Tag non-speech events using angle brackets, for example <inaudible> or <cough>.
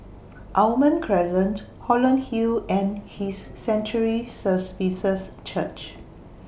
Almond Crescent Holland Hill and His Sanctuary <unintelligible> Church